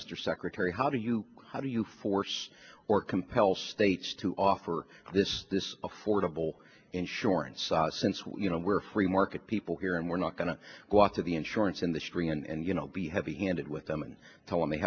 mr secretary how do you how do you force or compel states to offer this this affordable insurance since we're you know we're a free market people here and we're not going to walk to the insurance industry and you know be heavy handed with them and tell him they